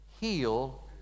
heal